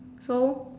so